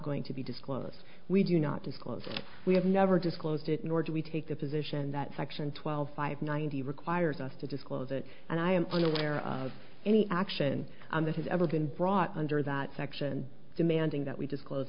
going to be disclosed we do not disclose we have never disclosed it nor do we take the position that section twelve five ninety requires us to disclose it and i am unaware of any action on that has ever been brought under that section demanding that we disclose